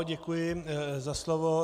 Děkuji za slovo.